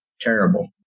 Terrible